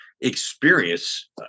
experience